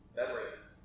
memories